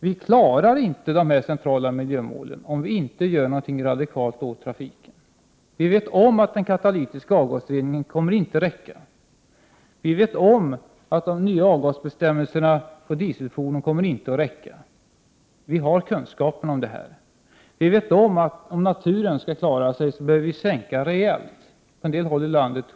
Vi klarar inte att nå de centrala miljömålen om vi inte gör något radikalt åt trafiken. Vi vet om att det inte kommer att räcka med den katalytiska avgasreningen. Vi vet om att det inte kommer att räcka med de nya avgasbestämmelserna för dieselfordon. Kunskapen om detta finns. Om naturen skall klara sig behöver vi minska utsläppen rejält på en del håll ilandet.